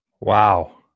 Wow